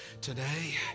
today